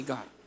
God